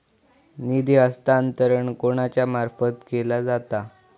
निधी हस्तांतरण कोणाच्या मार्फत केला जाता?